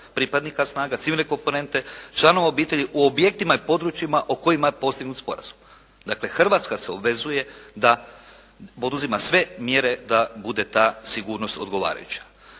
pripadnika snaga civilne komponente članova obitelji u objektima i područjima o kojima je postignut sporazum. Dakle, Hrvatska se obvezuje da poduzima sve mjere da bude ta sigurnost odgovarajuća.